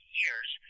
years